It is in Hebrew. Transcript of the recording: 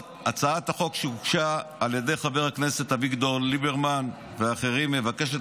הצעת החוק שהוגשה על ידי חבר הכנסת אביגדור ליברמן ואחרים מבקשת